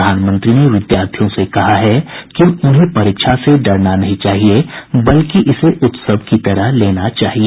प्रधानमंत्री ने विद्यार्थियों से कहा है कि उन्हें परीक्षा से डरना नहीं चाहिए बल्कि इसे उत्सव की तरह लेना चाहिए